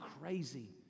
crazy